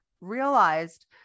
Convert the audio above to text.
realized